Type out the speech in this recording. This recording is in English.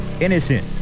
innocent